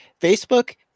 Facebook